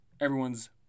everyone's